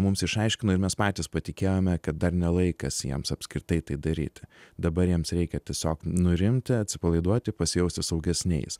mums išaiškino ir mes patys patikėjome kad dar ne laikas jiems apskritai tai daryti dabar jiems reikia tiesiog nurimti atsipalaiduoti pasijausti saugesniais